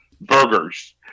burgers